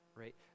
right